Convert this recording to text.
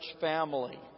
family